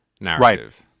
narrative